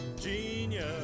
genius